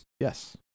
Yes